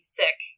sick